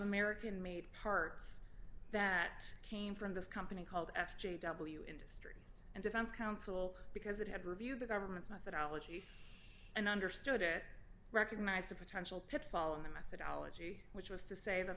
american made parts that came from this company called f j w industries and defense counsel because it had reviewed the government's methodology and understood it recognized the potential pitfall in the methodology which was to say that